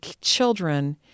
children